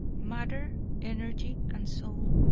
matter, energy and soul.